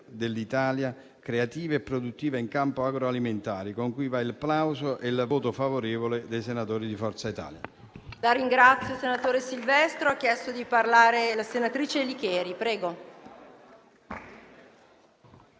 dell'Italia creativa e produttiva in campo agroalimentare, cui va il plauso e il voto favorevole dei senatori di Forza Italia.